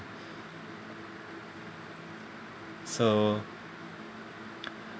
so